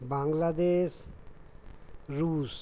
Bangladesh Russia